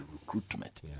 recruitment